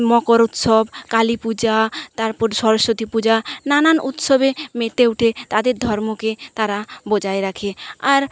মকর উৎসব কালী পূজা তারপর সরস্বতী পূজা নানান উৎসবে মেতে উঠে তাদের ধর্মকে তারা বজায় রাখে আর